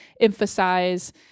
emphasize